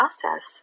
process